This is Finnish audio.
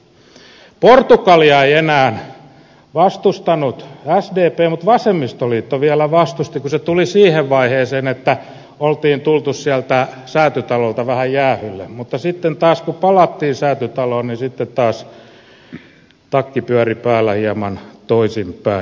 portugalia ei enää vastustanut sdp mutta vasemmistoliitto vielä vastusti kun se tuli siihen vaiheeseen että oli tultu sieltä säätytalolta vähän jäähylle mutta sitten taas kun palattiin säätytaloon niin sitten taas takki pyöri päällä hieman toisinpäin